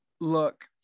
Look